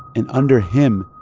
and under him,